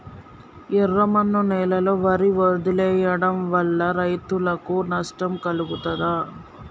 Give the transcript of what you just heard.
ఎర్రమన్ను నేలలో వరి వదిలివేయడం వల్ల రైతులకు నష్టం కలుగుతదా?